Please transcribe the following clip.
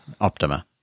Optima